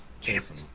Jason